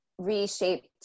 reshaped